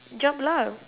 jump lah